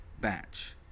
batch